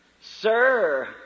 Sir